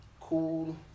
cool